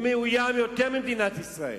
הוא מאוים יותר ממדינת ישראל.